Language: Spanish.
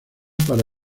para